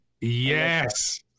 Yes